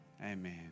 Amen